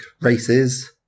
races